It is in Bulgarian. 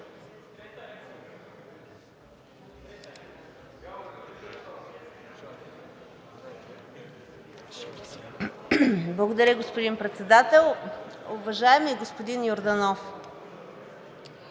Благодаря, господин Председател. Уважаеми господин Йорданов,